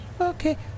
Okay